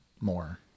more